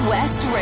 West